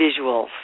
visuals